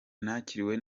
nakiriwe